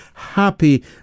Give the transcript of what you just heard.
Happy